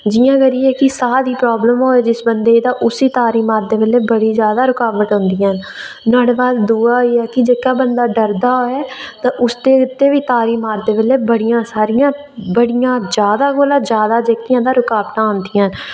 जियां करियै कि साह् दी प्राब्लम होऐ जिस बंदे गी ते उसी तारी मारदे बेल्लै बड़ी जादा रकावटां आंदियां न नोहाड़े बाद दूआ एह् ऐ कि जेह्का बंदा डरदा होऐ ते उसदे तै बी तारी मारदे बेल्लै बड़ियां सारियां बड़ियां जादा कोला जादा जेह्कियां रकावटां औंदियां न